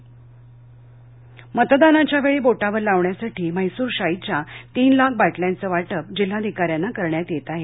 मुंबई मतदानावेळी बोटावर लावण्यासाठी म्हैसूर शाईच्या तीनलाख बाटल्यांचं वाटप जिल्हाधिकाऱ्यांना करण्यात येत आहे